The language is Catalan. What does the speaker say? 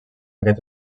aquest